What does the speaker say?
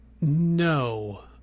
No